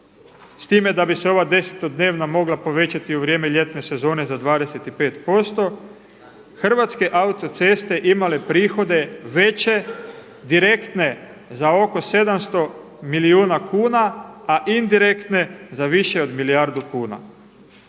s time da bi se ova desetodnevna mogla povećati u vrijeme ljetne sezone za 25% Hrvatske autoceste imale bi prihode veće direktne za oko 700 milijuna kuna a indirektne za više od milijardu kuna.